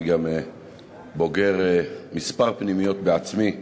אני בוגר כמה פנימיות בעצמי,